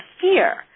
fear